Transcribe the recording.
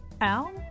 Al